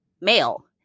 male